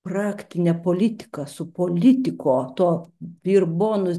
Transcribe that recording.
praktine politika su politiko to vir bonus